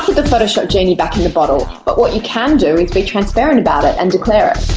the photoshop genie back in the bottle but what you can do is be transparent about it and declare